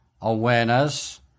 awareness